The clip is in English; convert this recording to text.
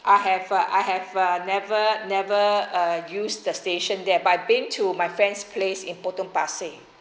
I have uh I have uh never never uh use the station there but I've been to my friend's place in potong-pasir